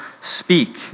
speak